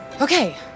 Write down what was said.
Okay